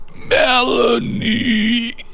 Melanie